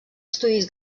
estudis